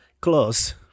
Close